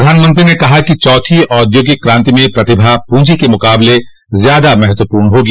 प्रधानमंत्री ने कहा कि चौथी औद्योगिक क्रांति में प्रतिभा पूंजी के मुकाबले में ज्यादा महत्वपूर्ण होगी